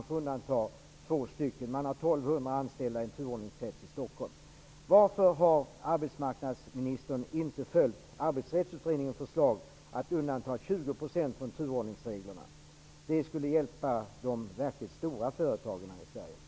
Ericsson har 1 200 anställda i en turordningskrets i Stockholm. Varför har arbetsmarknadsministern inte följt av de anställda från turordningsreglerna? Det skulle hjälpa de verkligt stora företagen i Sverige.